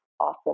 awesome